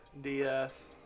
DS